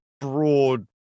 broad